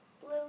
Blue